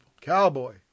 cowboy